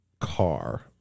car